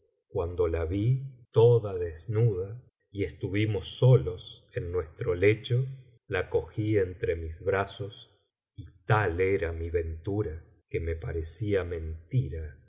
cuando la vi toda desnuda y estuvimos solos en nuestro lecho la cogí entre mis brazos y tal era mi ventura que me parecía mentira